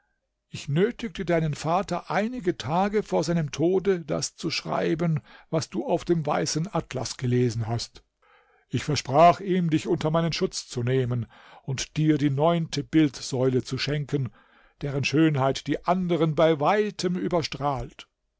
ich nötigte deinen vater einige tage vor seinem tode das zu schreiben was du auf dem weißen atlas gelesen hat ich versprach ihm dich unter meinen schutz zu nehmen und dir die neunte bildsäule zu schenken deren schönheit die anderen bei weitem überstrahlt